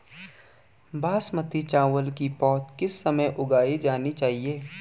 बासमती चावल की पौध किस समय उगाई जानी चाहिये?